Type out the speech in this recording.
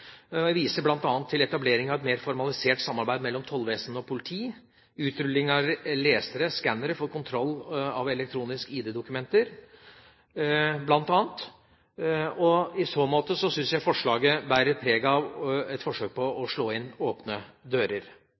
Jeg viser bl.a. til etableringen av et mer formalisert samarbeid mellom tollvesenet og politiet, utrulling av lesere – skannere – for kontroll av elektroniske ID-dokumenter, bl.a. I så måte syns jeg forslaget bærer preg av et forsøk på å slå inn åpne dører.